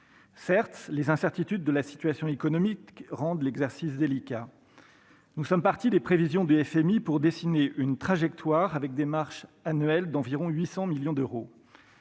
Certes, les incertitudes de la situation économique rendent l'exercice délicat. Nous sommes partis des prévisions du FMI (Fonds monétaire international), pour dessiner une trajectoire avec des marches annuelles d'environ 800 millions d'euros.